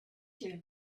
you